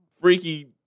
freaky